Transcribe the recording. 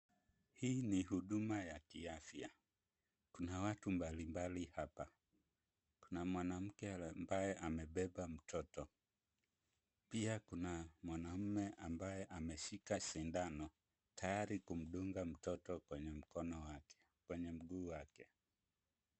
Hii ni huduma ya kiafya. Kuna watu mbalimbali hapa. Kuna mwanamke ambaye amebeba mtoto. Pia kuna mwanamume ambaye ameshika sindano, tayari kumdunga mtoto kwenye mguu wake.